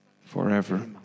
forever